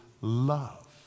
love